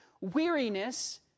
weariness